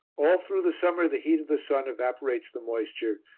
all through the summer the heat of the sun evaporates the moisture,